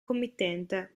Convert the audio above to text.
committente